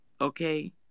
Okay